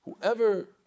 whoever